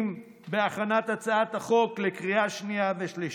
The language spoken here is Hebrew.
בהכנת הצעת החוק לקריאה שנייה ושלישית.